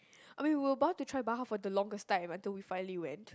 I mean we were about to try Baha for the longest time until we finally went